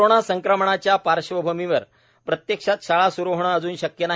corona संक्रमणच्या पार्श्वभ्मीवर प्रत्यक्षात शाळा स्रू होणं अजून शक्य नाही